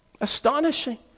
Astonishing